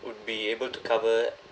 would be able to cover